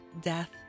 death